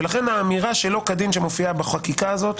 ולכן האמירה "שלא כדין" שמופיעה בחקיקה הזאת,